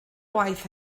waith